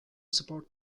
support